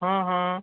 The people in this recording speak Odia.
ହଁ ହଁ